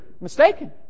mistaken